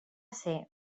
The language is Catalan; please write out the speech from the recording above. ser